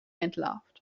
entlarvt